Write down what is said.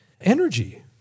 energy